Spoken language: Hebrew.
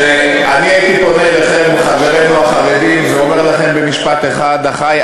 שאני הייתי פונה אל חברינו החרדים ואומר לכם במשפט אחד: אחי,